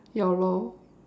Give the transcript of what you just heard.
ya lor